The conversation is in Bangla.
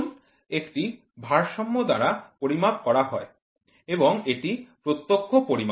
ওজন একটি ভারসাম্য দ্বারা পরিমাপ করা হয় এবং এটি প্রত্যক্ষ পরিমাপ